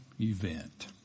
event